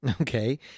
Okay